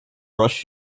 rush